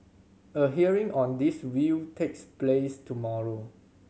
a hearing on this will takes place tomorrow